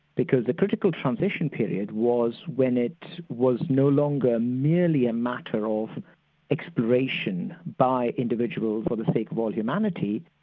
because the critical transition period was when it was no longer merely a matter of exploration by individuals for the sake of all humanity,